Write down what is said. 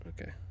Okay